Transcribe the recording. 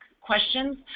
questions